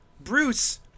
Bruce